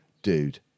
dude